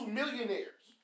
millionaires